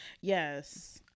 Yes